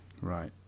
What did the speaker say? Right